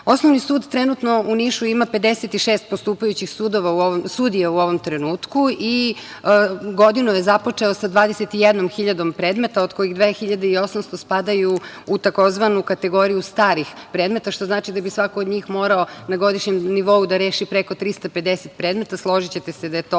Nišu. Osnovni sud trenutno u Nišu ima 56 postupajućih sudija u ovom trenutku i godinu je započeo sa 21.000 predmeta od kojih 2.800 spadaju u tzv. kategoriju starih predmeta, što znači da bi svako od njih morao na godišnjem nivou da reši preko 350 predmeta, složićete se da je to